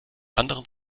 anderen